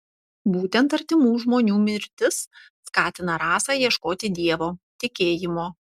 būtent artimų žmonių mirtis skatina rasą ieškoti dievo tikėjimo